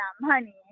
money